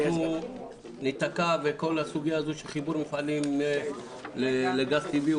אנחנו ניתקע בכל הסוגיה של חיבור מפעלים לגז טבעי.